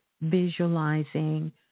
visualizing